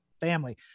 family